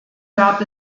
gab